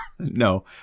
No